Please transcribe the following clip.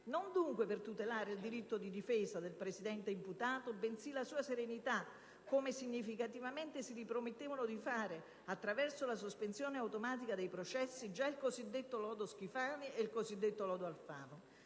non dunque per tutelare il diritto di difesa del Presidente-imputato, bensì la sua serenità, come significativamente si ripromettevano di fare, attraverso la sospensione automatica dei processi, già il cosiddetto lodo Schifani e il cosiddetto lodo Alfano.